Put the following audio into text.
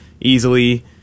easily